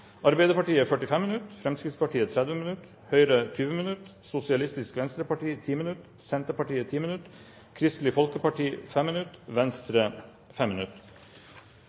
Arbeiderpartiet 45 minutter, Fremskrittspartiet 30 minutter, Høyre 20 minutter, Sosialistisk Venstreparti 10 minutter, Senterpartiet 10 minutter, Kristelig Folkeparti 5 minutter og Venstre